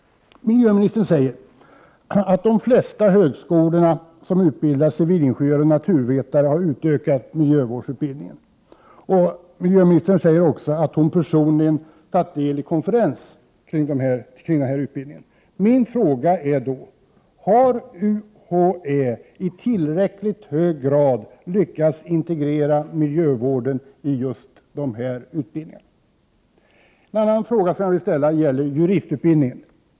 Miljöministern säger att de flesta högskolor som utbildar civilingenjörer och naturvetare har utökat miljövårdsutbildningen. Hon säger också att hon personligen deltagit i en konferens kring den här utbildningen. Min fråga är då: Har UHÄ i tillräckligt hög grad lyckats integrera miljövården i de här utbildningarna? En annan fråga jag vill ställa gäller juristutbildningen.